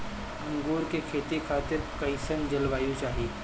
अंगूर के खेती खातिर कइसन जलवायु चाही?